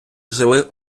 жили